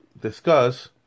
discuss